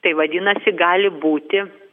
tai vadinasi gali būti